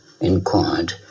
inquired